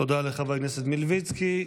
תודה לחבר הכנסת מלביצקי.